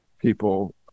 people